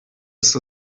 ist